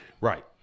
Right